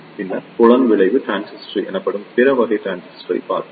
பின்னர் புலம் விளைவு டிரான்சிஸ்டர் எனப்படும் பிற வகை டிரான்சிஸ்டரைப் பார்த்தோம்